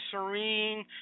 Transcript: Serene